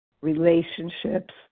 relationships